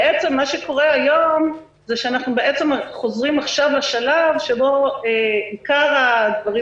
בעצם מה שקורה היום הוא שאנחנו חוזרים עכשיו לשלב שבו עיקר הדברים